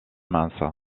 mince